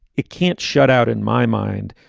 it can't shut out in my mind.